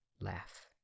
laugh